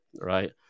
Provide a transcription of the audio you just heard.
Right